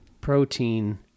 protein